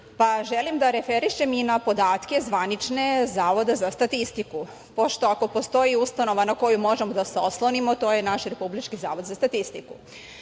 pa želim da referišem i na podatke zvanične Zavoda za statistiku. Ako postoji ustanova na koju možemo da se oslonimo, to je naš Republički zavod za statistiku.